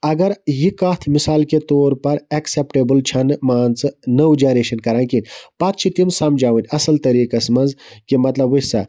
اگر یہِ کتھ مِثال کے طور پَر ایٚکسیٚپٹیبل چھ نہٕ مان ژٕ نٔو جَنریشَن کَران کِہیٖنۍ پَتہٕ چھِ تِم سَمجاوٕنۍ اصل طریٖقَس مَنٛز کہِ مَطلَب وٕچھ سہَ